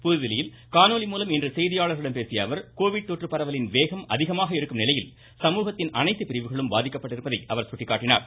புதுதில்லியில் காணொலி மூலம் இன்று செய்தியாளர்களிடம் பேசிய அவர் கோவிட் கொற்று பரவலின் வேகம் அதிகமாக இருக்கும் நிலையில் சரழகத்தின் பிரிவுகளும் பாதிக்கப்பட்டிருப்பதை அனைத்து அவர் சுட்டிக்காட்டியுள்ளார்